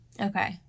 Okay